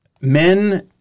men